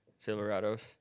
Silverados